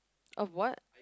of what